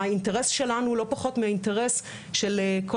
האינטרס שלנו לא פחות מהאינטרס של כל